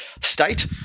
state